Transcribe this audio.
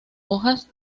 hojas